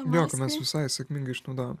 jo ką mes visai sėkmingai išnaudojom